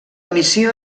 missió